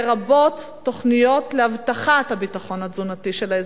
לרבות תוכניות להבטחת הביטחון התזונתי של האזרחים.